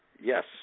yes